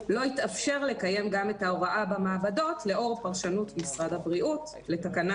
לא התאפשר לקיים גם את ההוראה במעבדות לאור פרשנות משרד הבריאות לתקנה